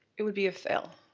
it would be a fail.